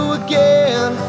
again